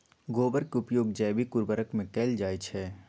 गोबर के उपयोग जैविक उर्वरक में कैएल जाई छई